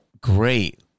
great